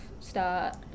start